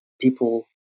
people